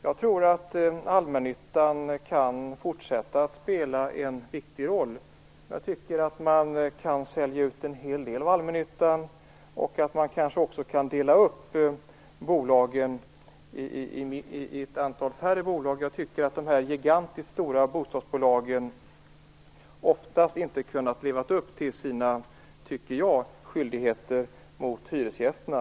Jag tror att allmännyttan kan fortsätta att spela en viktig roll. Jag tycker att man kan sälja ut en hel del av allmännyttan och att man kan dela upp bolagen i ett antal färre bolag. De gigantiskt stora bostadsbolagen har oftast inte kunnat leva upp till sina skyldigheter mot hyresgästerna.